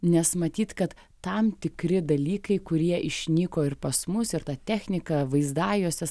nes matyt kad tam tikri dalykai kurie išnyko ir pas mus ir ta technika vaizdajuostės